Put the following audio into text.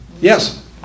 yes